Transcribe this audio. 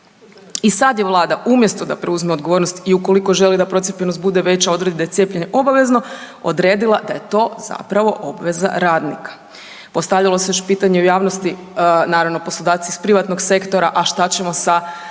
I sad je Vlada umjesto da preuzme odgovornost i ukoliko želi da procijepljenost bude veća …/Govornik se ne razumije./… obavezno, odredila da je to zapravo obveza radnika. Postavljalo se još pitanje u javnosti, naravno poslodavci iz privatnog sektora a šta ćemo sa